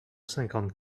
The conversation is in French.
cinquante